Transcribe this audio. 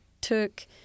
took